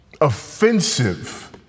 Offensive